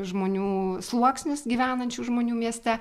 žmonių sluoksnius gyvenančių žmonių mieste